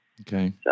Okay